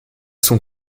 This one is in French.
son